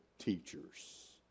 teachers